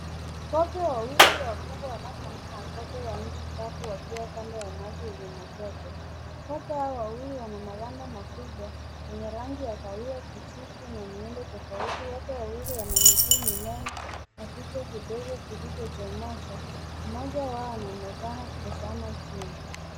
Kobe wawili wakubwa wanaofanana na kobe wa nchi kavu wakiwa kando ya maji yenye matope. Kobe hao wawili wana maganda makubwa yenye rangi ya kahawia, kijivu na miundo tofauti, wote wawili wana miguu minene na vichwa vidogo vilivyochomoza. Mmoja wao anaonekana akitazama chini.